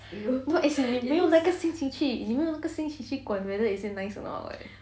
no as in 你没有那个心情去你没有心情去管 whether is it nice or not [what]